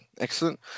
excellent